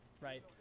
right